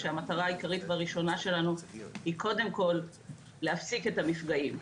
כשהמטרה העיקרית והראשונה שלנו היא קודם כל להפסיק את המפגעים.